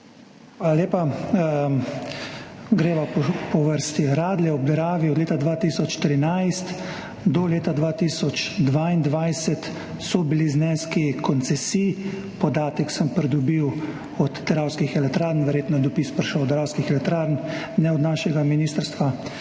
lepa. Greva po vrsti. Radlje ob Dravi, od leta 2013 do leta 2022 so bili zneski koncesij, podatek sem pridobil od Dravskih elektrarn, verjetno je dopis prišel od Dravskih elektrarn, ne od našega ministrstva,